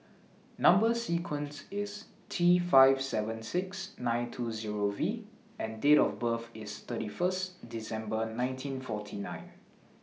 Number sequence IS T five seven six nine two Zero V and Date of birth IS thirty First December nineteen forty nine